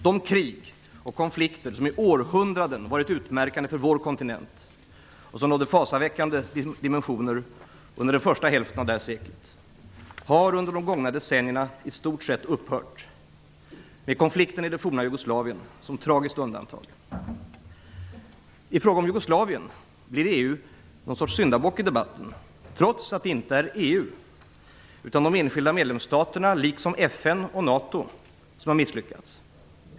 De krig och konflikter som i århundraden varit utmärkande för vår kontinent - och som nådde fasansväckande dimensioner under den första hälften av det här seklet - har under de gångna decennierna i stort sett upphört, med konflikten i det forna Jugoslavien som ett tragiskt undantag. I fråga om Jugoslavien blir EU en sorts syndabock i debatten, trots att det inte är EU utan de enskilda medlemsstaterna liksom FN och NATO som har misslyckats.